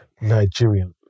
Nigerian